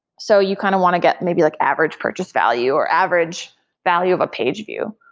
so you kind of want to get maybe like average purchase value, or average value of a page view.